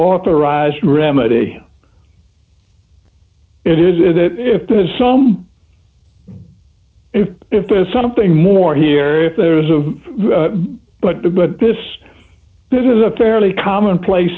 authorized remedy it is that if there is some if if there is something more here if there is a but but this this is a fairly commonplace